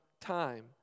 time